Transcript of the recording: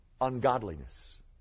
ungodliness